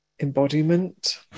Embodiment